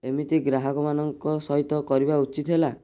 ଏମିତି ଗ୍ରାହକ ମାନଙ୍କ ସହ କରିବା ଉଚିତ୍ ହେଲା